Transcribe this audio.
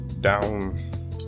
down